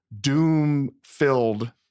doom-filled